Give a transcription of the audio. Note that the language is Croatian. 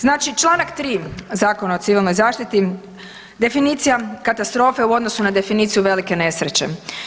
Znači, članak 3. Zakona o civilnoj zaštiti, definicija katastrofe u odnosu na definiciju velike nesreće.